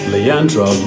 Leandro